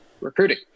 recruiting